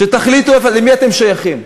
שתחליטו למי אתם שייכים.